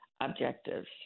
objectives